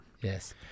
yes